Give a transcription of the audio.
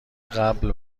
قبل